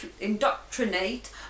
indoctrinate